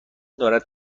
دارد